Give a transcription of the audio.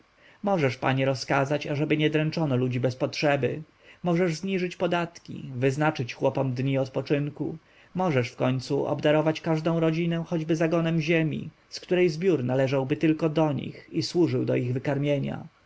możesz panie rozkazać ażeby nie dręczono ludzi bez potrzeby możesz zniżyć podatki wyznaczyć chłopom dni wypoczynku możesz wkońcu obdarować każdą rodzinę choćby zagonem ziemi z której zbiór należałby tylko do nich i służył do ich wykarmienia